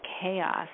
chaos